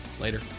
later